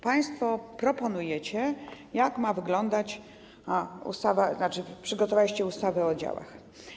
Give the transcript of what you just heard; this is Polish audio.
Państwo proponujecie, jak ma wyglądać ustawa, tzn. przygotowaliście ustawę o działach.